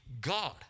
God